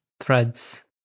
threads